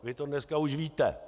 Vy to dneska už víte.